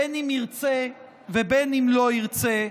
בין שירצה ובין שלא ירצה,